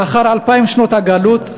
לאחר 2,000 שנות הגלות,